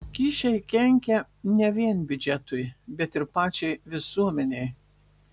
kyšiai kenkia ne vien biudžetui bet ir pačiai visuomenei